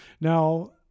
Now